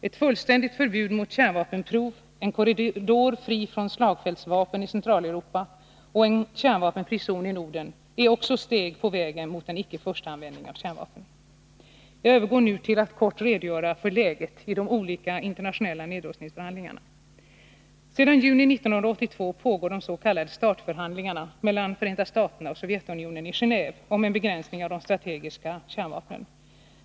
Ett fullständigt förbud mot kärnvapenprov, en korridor fri från slagfältsvapen i Centraleuropa och en kärnvapenfri zon i Norden är också steg på vägen mot en icke första användning av kärnvapen. Jag övergår nu till att kort redogöra för läget i de olika internationella nedrustningsförhandlingarna. Sedan juni 1982 pågår de s.k. START-förhandlingarna mellan Förenta staterna och Sovjetunionen i Genå&ve om en begränsning av de strategiska kärnvapnen.